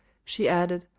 she added,